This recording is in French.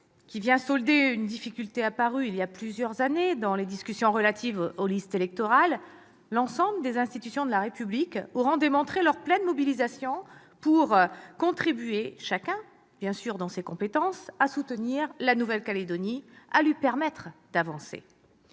qui vient solder une difficulté apparue il y a plusieurs années dans les discussions relatives aux listes électorales, l'ensemble des institutions de la République auront démontré leur pleine mobilisation pour contribuer, chacune dans ses compétences, à soutenir la Nouvelle-Calédonie, à lui permettre d'avancer.